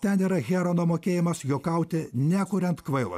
ten yra herono mokėjimas juokauti nekuriant kvailo